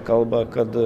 kalba kad